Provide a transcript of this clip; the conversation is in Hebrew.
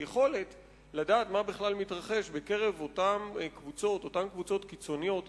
היכולת לדעת מה בכלל מתרחש בקרב אותן קבוצות קיצוניות